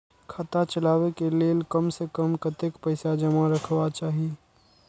खाता चलावै कै लैल कम से कम कतेक पैसा जमा रखवा चाहि